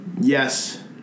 yes